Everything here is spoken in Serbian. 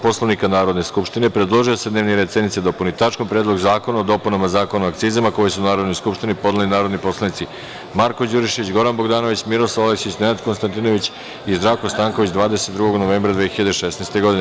Poslovnika Narodne skupštine, predložio je da se dnevni red sednice dopuni tačkom Predlog zakona o dopunama Zakona o akcizama, koje su Narodnoj skupštini podneli narodni poslanici Marko Đurišić, Goran Bogdanović, Miroslav Aleksić, Nenad Konstantinović i Zdravko Stanković, 22. novembra 2016. godine.